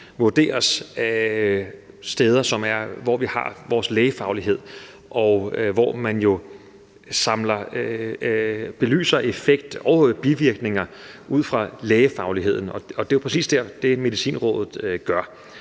vurderes på steder, hvor vi har vores lægefaglighed, og hvor man jo samler og belyser effekter og bivirkninger ud fra lægefagligheden, og det er jo præcis det, Medicinrådet gør.